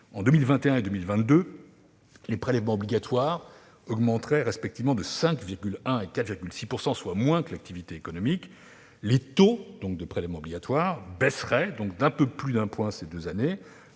En 2021 et 2022, les prélèvements obligatoires augmenteraient respectivement de 5,1 % et de 4,6 %, soit moins que l'activité économique. Le taux de prélèvements obligatoires baisserait donc d'un peu plus de 1 point ces deux années,